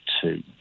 two